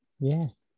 Yes